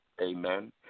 amen